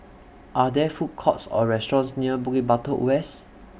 Are There Food Courts Or restaurants near Bukit Batok West